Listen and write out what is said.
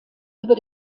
über